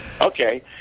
Okay